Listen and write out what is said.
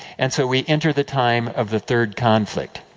and so, we enter the time of the third conflict.